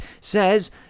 Says